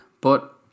But-